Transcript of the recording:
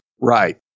Right